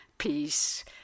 peace